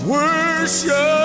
Worship